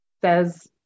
says